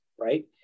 Right